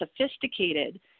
sophisticated